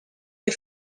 des